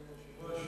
אדוני היושב-ראש,